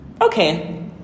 Okay